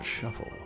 shuffle